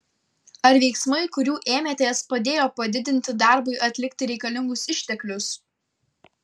ar veiksmai kurių ėmėtės padėjo padidinti darbui atlikti reikalingus išteklius